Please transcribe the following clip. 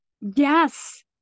Yes